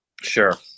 Sure